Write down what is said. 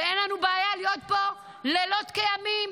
ואין לנו בעיה להיות פה לילות כימים